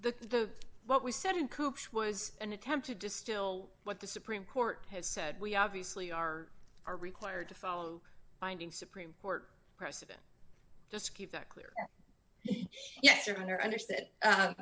the what we said in coops was an attempt to distill what the supreme court has said we obviously are are required to follow binding supreme court precedent just keep that clear